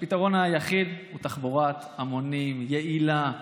שהפתרון היחיד הוא תחבורת המונים יעילה,